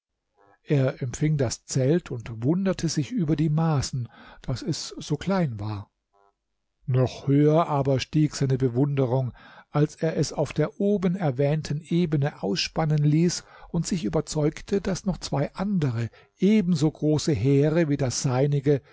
er empfing das zelt und wunderte sich über die maßen daß es so klein war noch höher aber stieg seine bewunderung als er es auf der oben erwähnten ebene ausspannen ließ und sich überzeugte daß noch zwei andere ebenso große heere wie das seinige